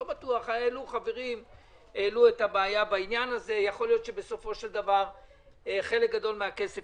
חברים העלו את הקשיים ויכול להיות שחלק גדול מהכסף